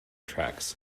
tracks